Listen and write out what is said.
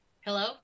Hello